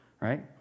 Right